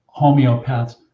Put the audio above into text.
homeopaths